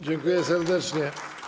Dziękuję serdecznie.